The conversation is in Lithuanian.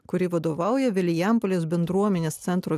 kuri vadovauja vilijampolės bendruomenės centro